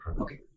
Okay